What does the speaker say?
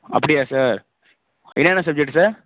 அப்படியா சார் என்னென்ன subject sir